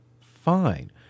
Fine